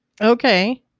Okay